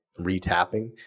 retapping